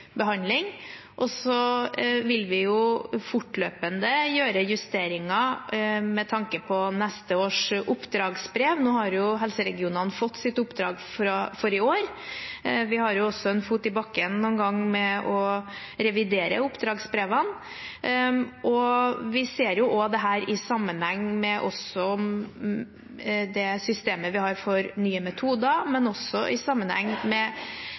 behandling. Så vil vi fortløpende gjøre justeringer med tanke på neste års oppdragsbrev – nå har jo helseregionene fått sitt oppdrag for i år. Vi har også en fot i bakken noen ganger med hensyn til å revidere oppdragsbrevene. Vi ser jo dette i sammenheng med det systemet vi har for nye metoder, men også i sammenheng med